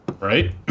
Right